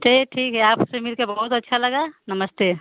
चलिए ठीक है आपसे मिलकर बहुत अच्छा लगा नमस्ते